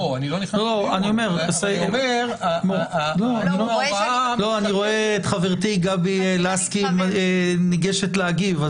אני פשוט רואה את חברתי גבי לסקי ניגשת להגיב,